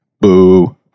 Boo